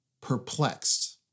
perplexed